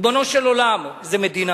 ריבונו של עולם, איזה מדינה.